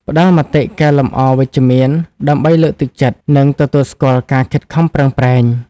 ផ្តល់មតិកែលម្អវិជ្ជមានដើម្បីលើកទឹកចិត្ត និងទទួលស្គាល់ការខិតខំប្រឹងប្រែង។